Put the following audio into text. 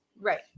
Right